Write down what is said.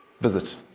visit